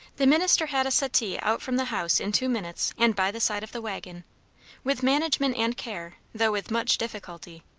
the minister had a settee out from the house in two minutes and by the side of the waggon with management and care, though with much difficulty,